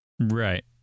right